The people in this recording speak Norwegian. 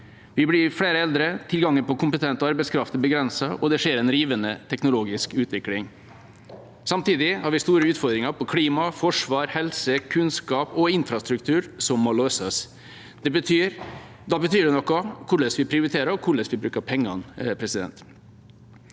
Vi blir flere eldre, tilgangen på kompetent arbeidskraft er begrenset, og det skjer en rivende teknologisk utvikling. Samtidig har vi store utfordringer knyttet til klima, forsvar, helse, kunnskap og infrastruktur som må løses. Da betyr det noe hvordan vi prioriterer, og hvordan vi bruker pengene. Så langt